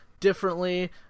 differently